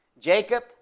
Jacob